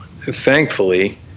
thankfully